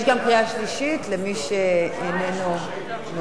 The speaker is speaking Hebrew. יש גם קריאה שלישית, למי שאיננו מעורה.